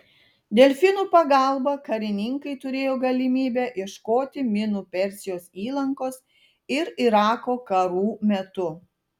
delfinų pagalba karininkai turėjo galimybę ieškoti minų persijos įlankos ir irako karų metu